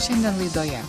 šiandien laidoje